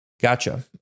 Gotcha